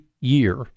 year